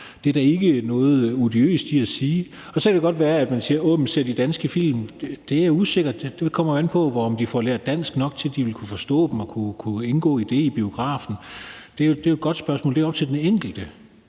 Det er der ikke noget odiøst i at sige. Så kan det godt være, at man kan spørge: Jamen ser de danske film? Det er usikkert, det kommer jo an på, om de får lært dansk nok, til at de vil kunne forstå dem og kunne indgå i det i biografen. Det er et godt spørgsmål. Det er op til den enkelte.